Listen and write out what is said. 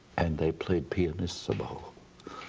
and they played pianissimo.